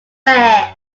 rare